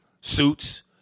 Suits